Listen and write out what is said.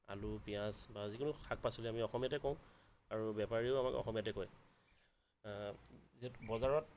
আলু পিঁয়াজ বা যিকোনো শাক পাচলি আমি অসমীয়াতে কওঁ আৰু বেপাৰীয়েও আমাক অসমীয়াতে কয় যে বজাৰত